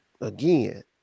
again